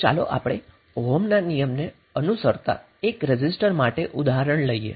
તો ચાલો આપણે ઓહમના નિયમને અનુસરતા એક રેઝિસ્ટર માટે ઉદાહરણ લઈએ